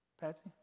Patsy